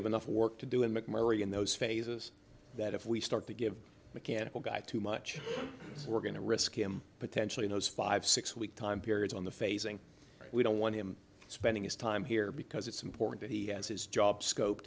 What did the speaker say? have enough work to do in mcmurray in those phases that if we start to give mechanical guy too much we're going to risk him potentially those five six week time periods on the phasing we don't want him spending his time here because it's important that he has his job scope